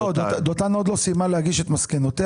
לא, לא, דותן עוד לא סיימה להגיש את מסקנותיה.